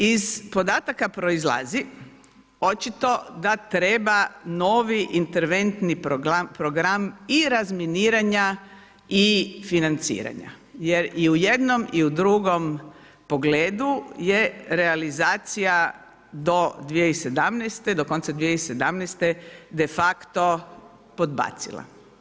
Iz podataka proizlazi očito da treba novi interventni program i razminiranja i financiranja jer i u jednom i u drugom pogledu je realizacija do 2017. do konca 2017. de facto podbacila.